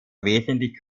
wesentlich